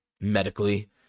medically